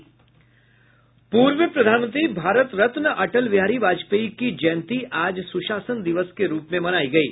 पूर्व प्रधानमंत्री भारत रत्न अटल बिहारी वाजपेयी की जयंती आज सुशासन दिवस के रूप में मनाई गयी